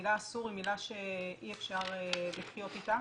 שהמילה אסור היא מילה שאי אפשר לחיות איתה.